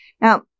Now